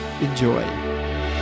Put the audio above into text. Enjoy